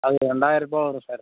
அது ரெண்டாயிருபா வரும் சார்